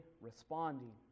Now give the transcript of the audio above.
responding